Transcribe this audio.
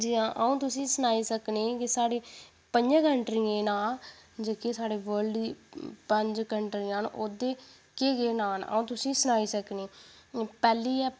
जि'यां अ'ऊं तुसें ई सनाई सकनी कि साढ़ी पंजें कंट्रियें दे नांऽ जेह्के साढ़े वल्ड दी पंज कन्ट्रियां न ओह्दे केह् केह् नांऽ न अ'ऊं तुसें ई सनाई सकनी पैह्ली ऐ